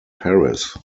paris